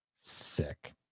sick